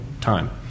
time